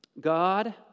God